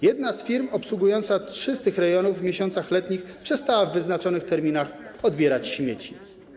Jedna z firm obsługująca trzy z tych rejonów w miesiącach letnich przestała w wyznaczonych terminach odbierać śmieci.